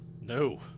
No